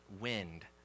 wind